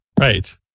Right